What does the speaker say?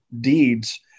deeds